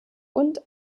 und